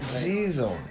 Jesus